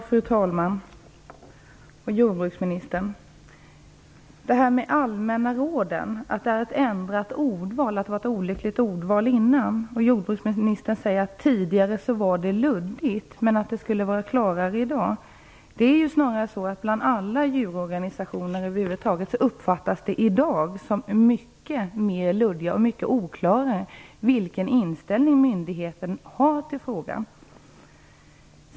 Fru talman! Angående detta med det ändrade ordvalet i de allmänna råden och att det tidigare var ett olyckligt ordval: Jordbruksministern säger att innehållet tidigare var luddigt men att det skulle vara klarare i dag. Snarare är det så, att alla djurorganisationer över huvud taget i dag uppfattar myndighetens inställning i frågan som mycket mer luddig och oklar.